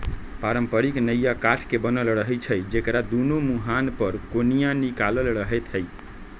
पारंपरिक नइया काठ के बनल रहै छइ जेकरा दुनो मूहान पर कोनिया निकालल रहैत हइ